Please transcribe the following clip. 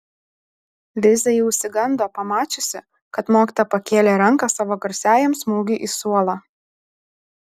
liza jau išsigando pamačiusi kad mokytoja pakėlė ranką savo garsiajam smūgiui į suolą